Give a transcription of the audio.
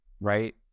right